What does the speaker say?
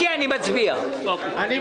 מי נמנע?